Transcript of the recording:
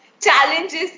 challenges